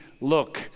look